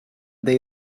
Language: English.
they